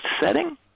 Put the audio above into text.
setting